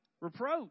reproach